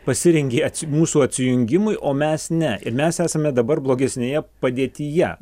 pasirengė atsi mūsų atsijungimui o mes ne ir mes esame dabar blogesnėje padėtyje